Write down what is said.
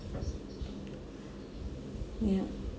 ya